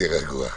תהיה רגוע.